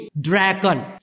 dragon